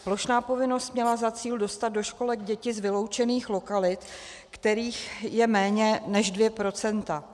Plošná povinnost měla za cíl dostat do školek děti z vyloučených lokalit, kterých je méně než 2 %.